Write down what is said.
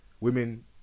Women